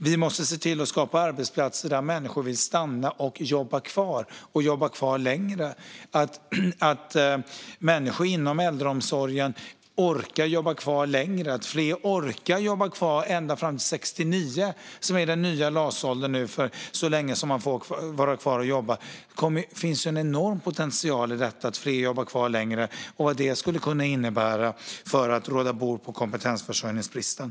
Vi måste se till att skapa arbetsplatser där människor vill stanna och jobba kvar längre. Vi måste se till att människor inom äldreomsorgen orkar jobba kvar längre och att fler orkar jobba kvar ända fram till 69 års ålder, som är den nya LAS-gränsen för hur länge man får vara kvar och jobba. Det finns en enorm potential i att fler jobbar kvar längre sett till vad detta skulle kunna innebära för att råda bot på kompetensförsörjningsbristen.